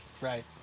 Right